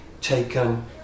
taken